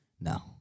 No